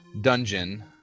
dungeon